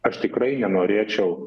aš tikrai nenorėčiau